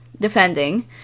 defending